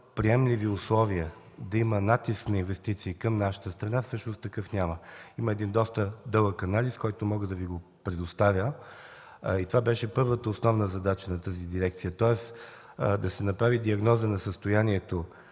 приемливи условия да има натиск на инвестиции към нашата страна, всъщност такъв няма. Има доста дълъг анализ, който мога да Ви предоставя. Това беше първата основна задача на дирекцията – да се направи диагноза на състоянието